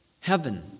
heaven